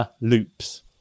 Loops